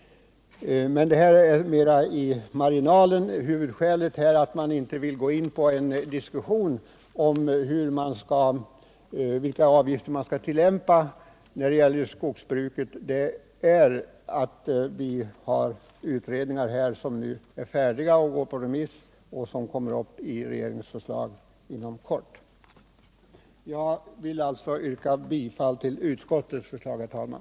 Men detta är mera anmärkningar i marginalen. Huvudskälet för att man inte vill gå in på en diskussion om vilka avgifter som skall tillämpas för skogsbruket är att de utredningar som arbetat med dessa frågor nu är färdiga eller inför sitt fullbordande och betänkanden är ute på remiss samt att regeringsförslag kommer att läggas fram inom kortare tid än ett år. Herr talman! Jag yrkar bifall till utskottets hemställan.